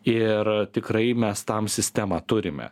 ir tikrai mes tam sistemą turime